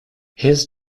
his